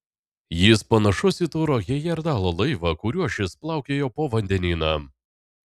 jis panašus į turo hejerdalo laivą kuriuo šis plaukiojo po vandenyną